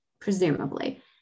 presumably